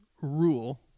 rule